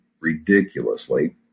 ridiculously